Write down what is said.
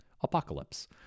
apocalypse